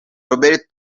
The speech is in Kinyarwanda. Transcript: robert